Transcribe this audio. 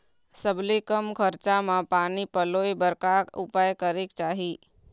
सबले कम खरचा मा पानी पलोए बर का उपाय करेक चाही?